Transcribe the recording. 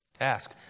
Ask